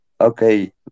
Okay